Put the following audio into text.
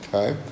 Okay